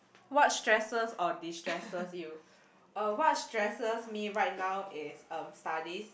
what stresses or destresses you uh what stresses me right now is um studies